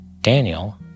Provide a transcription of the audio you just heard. Daniel